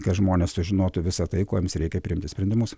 kad žmonės sužinotų visą tai ko jiems reikia priimti sprendimus